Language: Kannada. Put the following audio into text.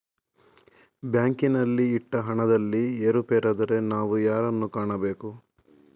ಬ್ಯಾಂಕಿನಲ್ಲಿ ಇಟ್ಟ ಹಣದಲ್ಲಿ ಏರುಪೇರಾದರೆ ನಾವು ಯಾರನ್ನು ಕಾಣಬೇಕು?